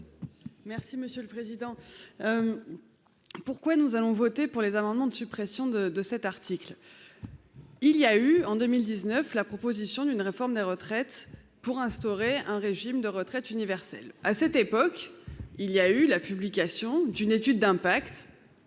Merci monsieur le président. Pourquoi nous allons voté pour les amendements de suppression de de cet article. Il y a eu en 2019, la proposition d'une réforme des retraites pour instaurer un régime de retraites universel à cette époque, il y a eu la publication d'une étude d'impact.